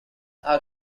are